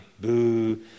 Boo